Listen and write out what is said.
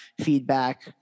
feedback